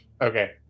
Okay